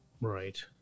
Right